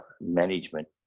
management